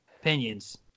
Opinions